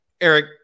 Eric